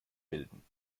bilden